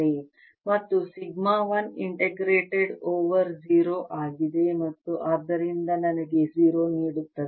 ಮತ್ತು sigma 1 integrated over 0 ಆಗಿದೆ ಮತ್ತು ಆದ್ದರಿಂದ ಇದು ನನಗೆ 0 ನೀಡುತ್ತದೆ